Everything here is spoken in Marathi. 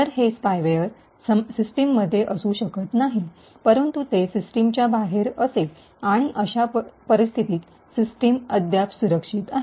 तर हे स्पायवेअर सिस्टममध्ये असू शकत नाही परंतु ते सिस्टमच्या बाहेर असेल आणि अशा परिस्थितीत सिस्टम अद्याप सुरक्षित आहे